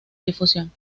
difusión